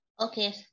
Okay